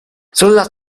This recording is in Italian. sulla